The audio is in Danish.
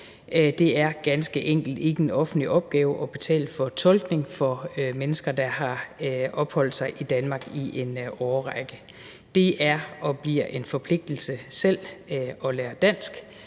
Det er ganske enkelt ikke en offentlig opgave at betale for tolkning for mennesker, der har opholdt sig i Danmark i en årrække. Det er og bliver en forpligtelse selv at lære dansk